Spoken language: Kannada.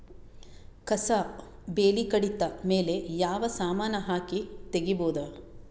ಕಸಾ ಬೇಲಿ ಕಡಿತ ಮೇಲೆ ಯಾವ ಸಮಾನ ಹಾಕಿ ತಗಿಬೊದ?